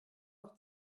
auch